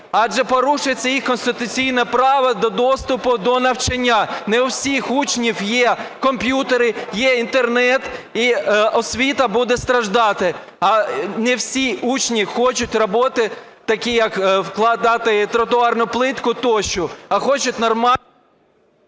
адже порушується їх конституційне право до доступу до навчання. Не у всіх учнів є комп'ютери, є Інтернет. І освіта буде страждати, не всі учні хочуть роботи такі, як вкладати тротуарну плитку, тощо, а хочуть...